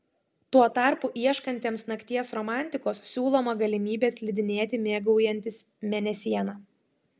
tuo tarpu ieškantiems nakties romantikos siūloma galimybė slidinėti mėgaujantis mėnesiena